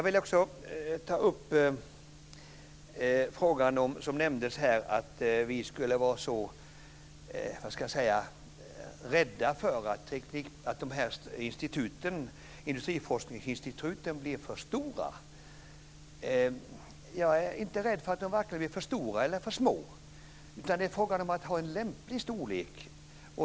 Här nämndes att vi är så rädda för att industriforskningsinstituten blir för stora. Jag är inte rädd vare sig för att de blir för stora eller för att de blir för små. I stället är det fråga om att ha en lämplig storlek.